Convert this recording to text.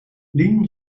lien